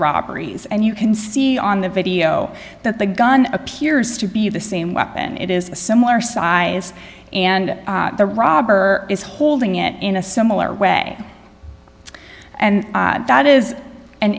properties and you can see on the video that the gun appears to be the same weapon it is a similar size and the robber is holding it in a similar way and that is an